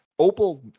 opal